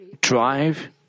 drive